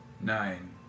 Nine